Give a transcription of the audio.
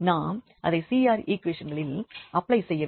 நாம் அதை CR equation களிலே அப்ளை செய்ய வேண்டும்